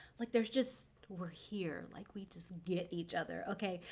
like there's just, we're here like we just get each other. okay.